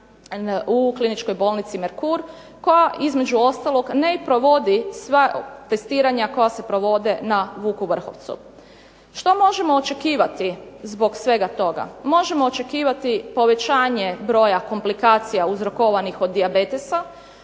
u Kliničkoj bolnici Merkur koja između ostalog ne i provodi sva testiranja koja se provode na Vuku Vrhovcu. Što možemo očekivati zbog svega toga? Možemo očekivati povećanje broja komplikacija uzrokovanih od dijabetesa,